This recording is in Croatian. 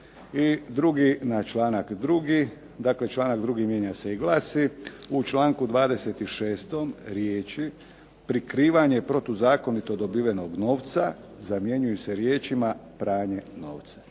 I drugi, na članak 2., dakle članak 2. mijenja se i glasi: u članku 26. riječi prikrivanje protuzakonito dobivenog novca zamjenjuju se riječima pranje novca.